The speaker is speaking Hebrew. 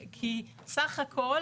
סך הכול,